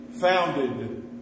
founded